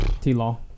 T-Law